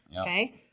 Okay